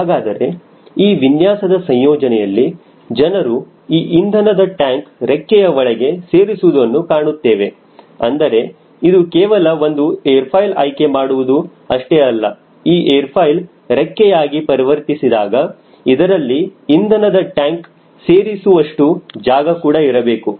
ಹಾಗಾದರೆ ಈ ವಿನ್ಯಾಸದ ಸಂಯೋಜನೆಯಲ್ಲಿ ಜನರು ಈ ಇಂಧನದ ಟ್ಯಾಂಕ್ ರೆಕ್ಕೆಯ ಒಳಗೆ ಸೇರಿಸುವುದನ್ನು ಕಾಣುತ್ತೇವೆ ಅಂದರೆ ಇದು ಕೇವಲ ಒಂದು ಏರ್ ಫಾಯ್ಲ್ ಆಯ್ಕೆ ಮಾಡುವುದು ಅಷ್ಟೇ ಅಲ್ಲ ಈ ಏರ್ ಫಾಯ್ಲ್ ರೆಕ್ಕೆ ಯಾಗಿ ಪರಿವರ್ತಿಸಿದಾಗ ಇದರಲ್ಲಿ ಇಂಧನದ ಟ್ಯಾಂಕ್ ಸೇರಿಸುವ ಷ್ಟು ಜಾಗ ಕೂಡ ಇರಬೇಕು